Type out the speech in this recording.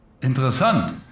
Interessant